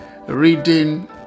reading